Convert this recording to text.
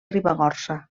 ribagorça